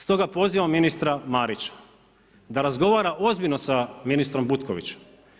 Stoga pozivamo ministra Marića, da razgovara ozbiljno sa ministrom Butkovićem.